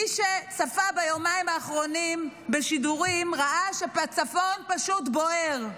מי שצפה ביומיים האחרונים בשידורים ראה שהצפון פשוט בוער.